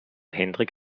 henrik